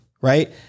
right